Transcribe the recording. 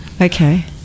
Okay